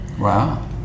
Wow